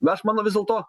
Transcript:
nu aš mano vis dėlto